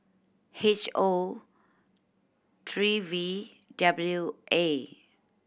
H O three V W A